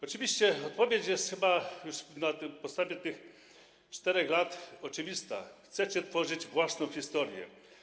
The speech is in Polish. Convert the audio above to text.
Odpowiedź jest chyba już na podstawie tych 4 lat oczywista: Chcecie tworzyć własną historię.